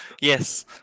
Yes